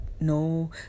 no